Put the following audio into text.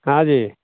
हँ जी